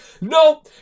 no